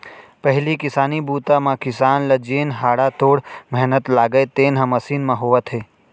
पहिली किसानी बूता म किसान ल जेन हाड़ा तोड़ मेहनत लागय तेन ह मसीन म होवत हे